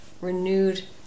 Renewed